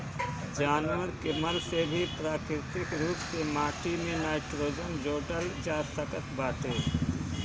जानवर के मल से भी प्राकृतिक रूप से माटी में नाइट्रोजन जोड़ल जा सकत बाटे